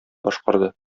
башкарды